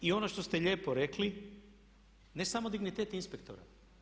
I ono što ste lijepo rekli ne samo dignitet inspektora.